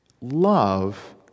love